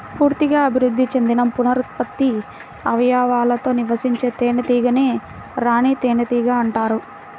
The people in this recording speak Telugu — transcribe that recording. పూర్తిగా అభివృద్ధి చెందిన పునరుత్పత్తి అవయవాలతో నివసించే తేనెటీగనే రాణి తేనెటీగ అంటారు